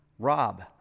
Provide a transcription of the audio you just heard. Rob